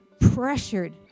pressured